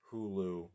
Hulu